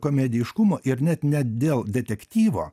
komediškumo ir net ne dėl detektyvo